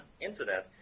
incident